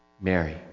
Mary